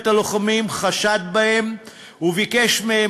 צוות הלוחמים,